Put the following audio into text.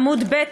עמוד ב',